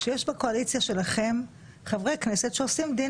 שיש בקואליציה שלכם חברי כנסת שעושים דין